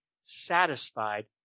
satisfied